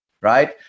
right